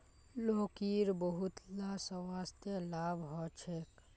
लौकीर बहुतला स्वास्थ्य लाभ ह छेक